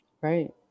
Right